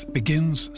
begins